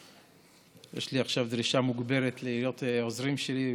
יש עכשיו דרישה מוגברת להיות עוזרים שלי.